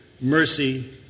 mercy